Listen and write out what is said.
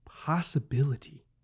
possibility